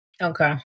Okay